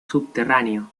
subterráneo